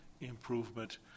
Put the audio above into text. improvement